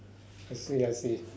I see I see